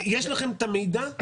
יש לכם את המידע?